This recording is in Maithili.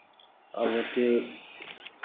आब ओतेक